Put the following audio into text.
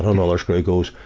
um ah screw goes,